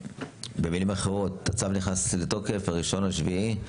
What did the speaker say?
הצו נכנס לתוקף ב-1 ביולי.